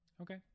Okay